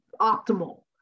optimal